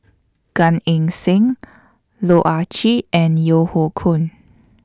Gan Eng Seng Loh Ah Chee and Yeo Hoe Koon